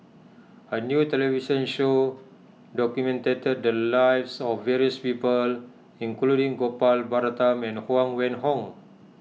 a new television show documented the lives of various people including Gopal Baratham and Huang Wenhong